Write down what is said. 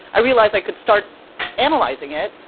i realized i could start analyzing it,